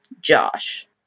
Josh